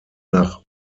nach